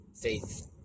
faith